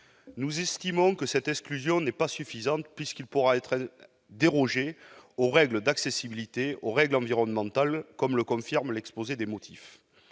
Nous estimons que cette exclusion n'est pas suffisante, puisqu'il pourra ainsi être dérogé aux règles d'accessibilité et aux règles environnementales, comme le confirme l'exposé des motifs.